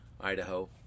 Idaho